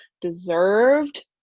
deserved